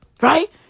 right